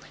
sätt.